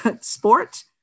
sport